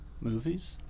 movies